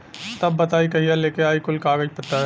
तब बताई कहिया लेके आई कुल कागज पतर?